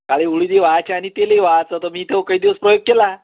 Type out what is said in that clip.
काळे उडीदही वाहायचे आणि तेलही वाहायचं तर मी तो काही दिवस प्रयोग केला